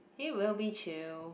it will be chill